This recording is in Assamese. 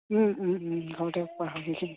ঘৰতে কৰা হয় সেইখিনি